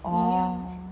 oh